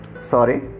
Sorry